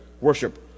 worship